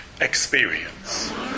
experience